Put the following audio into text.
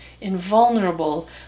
invulnerable